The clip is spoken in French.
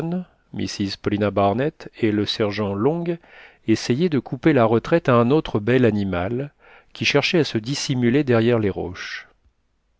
et le sergent long essayaient de couper la retraite à un autre bel animal qui cherchait à se dissimuler derrière les roches